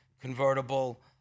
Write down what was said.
convertible